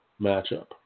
matchup